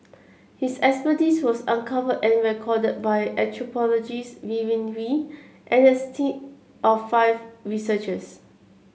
his expertise was uncovered and recorded by anthropologist Vivienne Wee and his team of five researchers